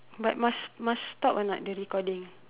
but must must stop or not the recording